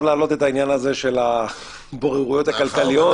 להעלות את העניין הזה של הבוררויות הכלכליות.